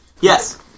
yes